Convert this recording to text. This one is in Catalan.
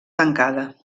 tancada